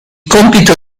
compito